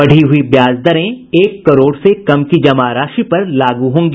बढ़ी हुई व्याज दरें एक करोड़ से कम की जमा राशि पर लागू होंगी